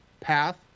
path